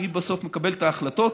שהיא בסוף מקבלת את ההחלטות,